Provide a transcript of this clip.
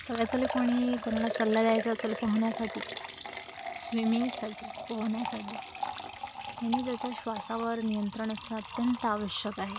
सगळ्यात पहिले कोणी कोणाला सल्ला द्यायचा असेल पोहोण्यासाठी स्विमिंगसाठी पोहोण्यासाठी त्यांनी त्याचा श्वासावर नियंत्रण असणं अत्यंत आवश्यक आहे